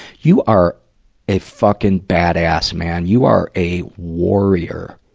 you are a fucking badass, man. you are a warrior!